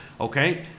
okay